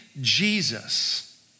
Jesus